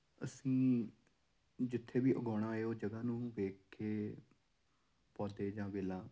ਅਸੀਂ ਜਿੱਥੇ ਵੀ ਉਗਾਉਣਾ ਹੈ ਉਹ ਜਗ੍ਹਾ ਨੂੰ ਵੇਖ ਕੇ ਪੌਦੇ ਜਾਂ ਵੇਲਾਂ